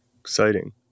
exciting